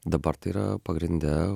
dabar tai yra pagrinde